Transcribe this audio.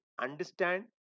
understand